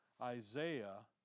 Isaiah